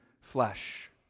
flesh